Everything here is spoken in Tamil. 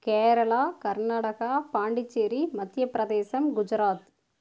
கேரளா கர்நாடகா பாண்டிச்சேரி மத்தியப்பிரதேசம் குஜராத்